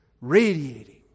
radiating